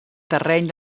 terreny